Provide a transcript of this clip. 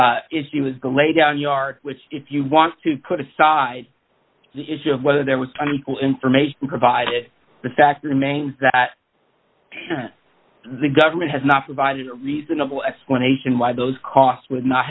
lay down yard which if you want to put aside the issue of whether there was information provided the fact remains that the government has not provided a reasonable explanation why those costs w